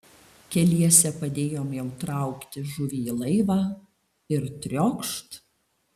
keliese padėjom jam traukti žuvį į laivą ir triokšt